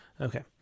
Okay